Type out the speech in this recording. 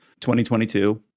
2022